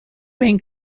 been